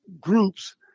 groups